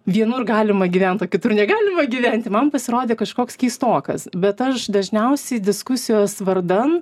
vienur galima gyvent o kitur negalima gyventi man pasirodė kažkoks keistokas bet aš dažniausiai diskusijos vardan